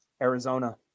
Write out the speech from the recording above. Arizona